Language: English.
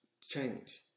change